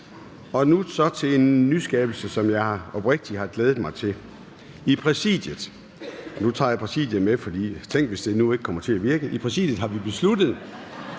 vi så til en nyskabelse, som jeg oprigtigt har glædet mig til. I Præsidiet – nu tager